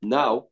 now